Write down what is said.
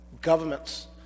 governments